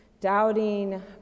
doubting